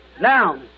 Now